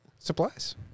Supplies